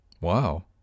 Wow